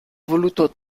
voluto